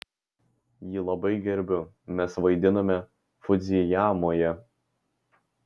jį labai gerbiu mes vaidinome fudzijamoje